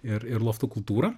ir ir loftų kultūrą